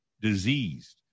diseased